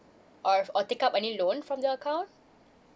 or or take out any loan from your account